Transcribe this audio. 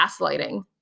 gaslighting